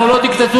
אנחנו לא דיקטטורה.